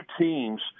teams